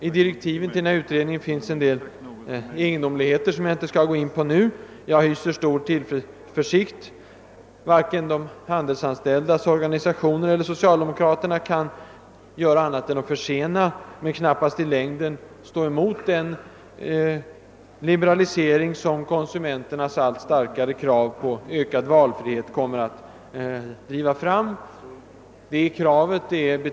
I direktiven till utredningen finns en del egendomligheter som jag nu inte skall ingå på, men jag hyser stor tillförsikt. Varken de handelsanställdas organisationer eller socialdemokraterna kan göra mer än försena den liberalisering som konsumenternas = allt starkare krav på ökad valfrihet kommer att driva fram. I längden kommer ni inte att kunna stå emot det.